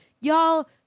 Y'all